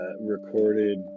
recorded